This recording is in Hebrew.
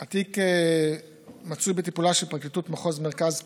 התיק מצוי בטיפולה של פרקליטות מחוז מרכז (פלילי).